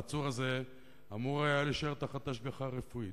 העצור הזה אמור היה להישאר בהשגחה רפואית.